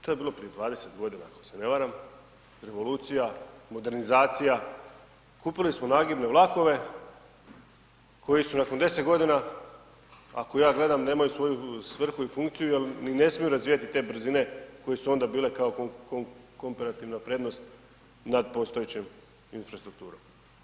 To je bilo prije 20 godina ako se ne varam, revolucija, modernizacija, kupili smo nagibne vlakove koji su nakon 10 godina, ako ja gledam nemaju svoju svrhu i funkciju jer ni ne smiju razvijati te brzine koje su onda bile komparativna prednost nad postojećom infrastrukturom.